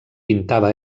pintava